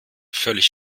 völlig